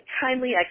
kindly